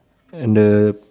and the